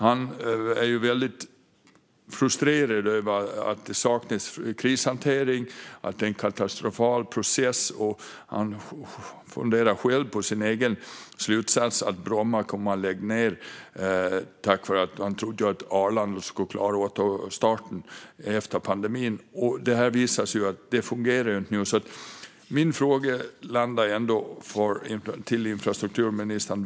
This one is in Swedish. Han är frustrerad över att det saknas krishantering och att processen är katastrofal och funderar över sin slutsats att Bromma skulle kunna läggas ned. Han trodde att Arlanda skulle klara återstarten efter pandemin, men det fungerar ju inte.